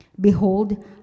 Behold